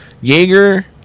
Jaeger